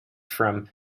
from